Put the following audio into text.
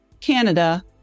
canada